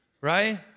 right